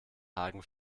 hagen